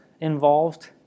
involved